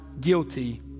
guilty